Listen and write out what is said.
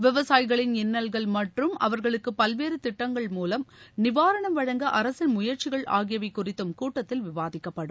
விவசாயிகளின் இன்னல்கள் மற்றும் அவர்களுக்கு பல்வேறு திட்டங்கள் மூலம் நிவாரணம் வழங்க அரசின் முயற்சிகள் ஆகியவை குறித்தும் கூட்டத்தில் விவாதிக்கப்படும்